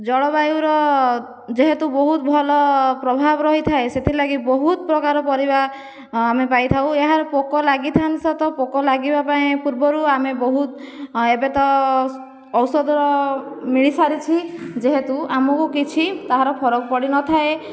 ଜଳବାୟୁର ଯେହେତୁ ବହୁତ ଭଲ ପ୍ରଭାବ ରହିଥାଏ ସେଥିଲାଗି ବହୁତ ପ୍ରକାର ପରିବା ଆମେ ପାଇଥାଉ ଏହା ପୋକ ଲାଗିଥାନ୍ତି ସତ ପୋକ ଲାଗିବା ପାଇଁ ପୂର୍ବରୁ ଆମେ ବହୁତ ଏବେ ତ ଔଷଧ ମିଳିସାରିଛି ଯେହେତୁ ଆମକୁ କିଛି ତାହାର ଫରକ ପଡ଼ିନଥାଏ